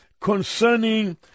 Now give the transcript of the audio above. concerning